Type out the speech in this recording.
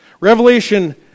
Revelation